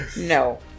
No